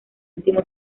último